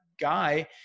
guy